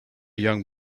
young